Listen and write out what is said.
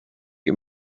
big